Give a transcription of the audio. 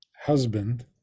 husband